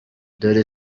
ndoli